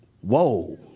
Whoa